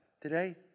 today